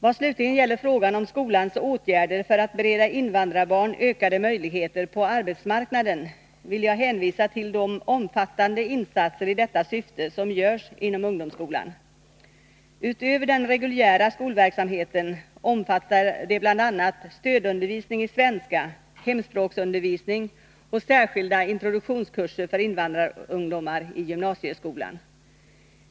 Vad slutligen gäller frågan om skolans åtgärder för att bereda invandrarbarn ökade möjligheter på arbetsmarknaden vill jag hänvisa till de omfattande insatser i detta syfte som görs inom ungdomsskolan. Utöver den reguljära skolverksamheten omfattar de bl.a. stödundervisning i svenska, hemspråksundervisning och särskilda introduktionskurser för invandrarungdomar i gymnasieskolan.